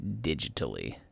digitally